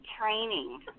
training